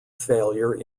failure